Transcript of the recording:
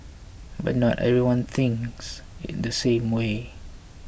but not everyone thinks in the same way